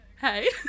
hey